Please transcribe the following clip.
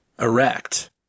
erect